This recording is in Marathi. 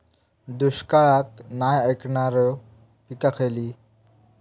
दुष्काळाक नाय ऐकणार्यो पीका खयली?